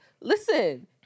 listen